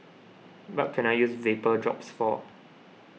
what can I use Vapodrops for